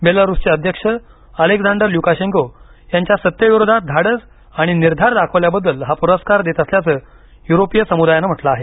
बेलारूसचे अध्यक्ष Alexander Lukashenko यांच्या सत्तेविरोधात धाडस आणि निर्धार दाखवल्याबद्दल हा पुरस्कार देत असल्याचं युरोपीय समुदायानं म्हटलं आहे